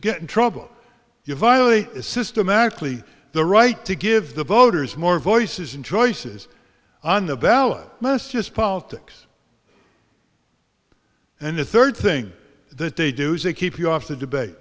get in trouble you finally systematically the right to give the voters more voices and choices on the ballot must his politics and the third thing that they do say keep you off the debate